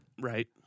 Right